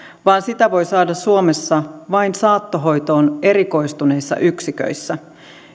vaan sitä voi saada suomessa vain saattohoitoon erikoistuneissa yksiköissä